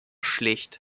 schlicht